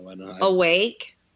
Awake